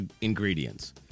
ingredients